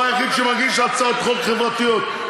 הוא היחיד שמגיש הצעות חוק חברתיות,